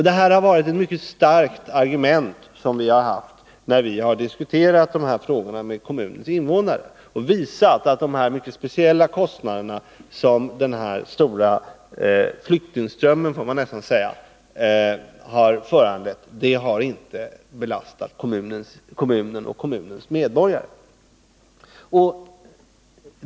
Det här har varit ett mycket starkt argument, som vi har haft när vi har diskuterat de här frågorna med kommunens invånare och visat att de mycket stora kostnader som den här flyktingströmmen — man får nästan kalla den det — har föranlett inte har belastat kommunen och dess medborgare.